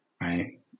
right